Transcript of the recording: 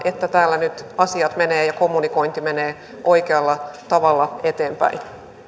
että täällä nyt asiat menevät ja kommunikointi menee oikealla tavalla eteenpäin